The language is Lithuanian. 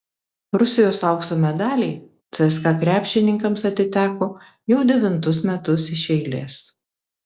rusijos aukso medaliai cska krepšininkams atiteko jau devintus metus iš eilės